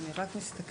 אני רק מסתכלת.